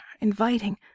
inviting